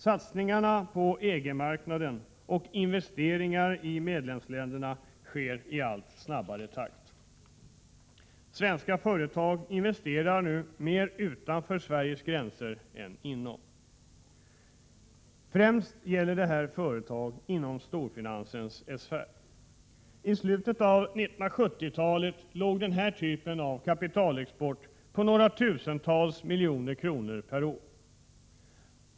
Satsningar på EG-marknaden och investeringar i medlemsländerna sker i allt snabbare takt. Svenska företag investerar mer utanför Sveriges gränser än inom. Främst gäller detta företag inom storfinansens sfär. I slutet av 1970-talet låg denna typ av kapitalexport på några tusentals miljoner kronor per år.